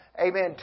Amen